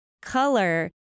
color